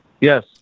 Yes